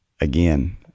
again